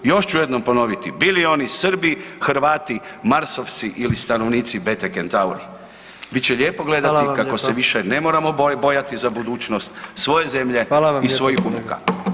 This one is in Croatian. Još ću jednom ponoviti bili oni Srbi, Hrvati, Marsovci ili stanovnici Bete Centauri bit će lijepo gledati [[Upadica: Hvala vam lijepa.]] kako se više ne moramo bojati za budućnost svoje zemlje [[Upadica: Hvala vam lijepa.]] i svojih unuka.